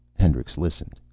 hendricks listened.